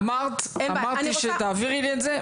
רויטל, אמרת שתעבירי לי את זה.